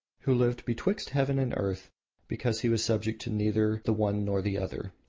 who lived betwixt heaven and earth because he was subject to neither the one nor the other.